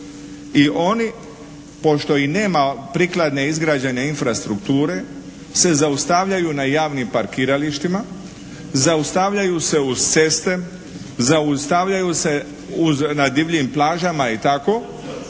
i oni pošto im nema prikladne izgrađene infrastrukture se zaustavljaju na javnim parkiralištima, zaustavljaju se uz ceste, zaustavljaju se na divljim plažama i tako.